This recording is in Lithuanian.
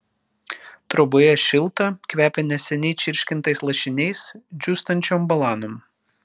troboje šilta kvepia neseniai čirškintais lašiniais džiūstančiom balanom